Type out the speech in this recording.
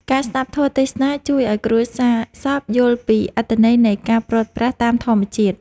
ការស្ដាប់ធម៌ទេសនា ជួយឱ្យគ្រួសារសពយល់ពីអត្ថន័យនៃការព្រាត់ប្រាសតាមធម្មជាតិ។